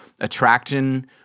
attraction